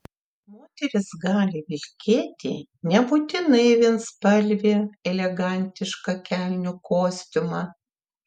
moteris gali vilkėti nebūtinai vienspalvį elegantišką kelnių kostiumą